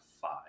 five